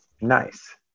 Nice